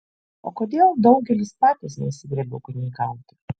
o kodėl daugelis patys nesigriebia ūkininkauti